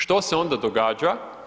Što se onda događa?